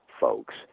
folks